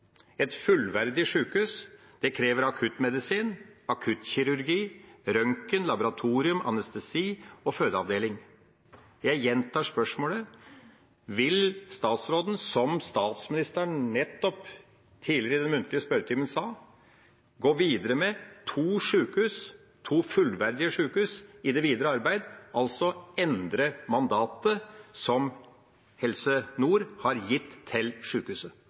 Et fullverdig sykehus krever akuttmedisin, akuttkirurgi, røntgen, laboratorium, anestesi og fødeavdeling. Jeg gjentar spørsmålet: Vil statsråden, slik statsministeren nettopp snakket om i den muntlige spørretimen, gå videre med to fullverdige sykehus i det videre arbeidet – altså endre mandatet som Helse Nord har gitt til